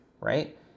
right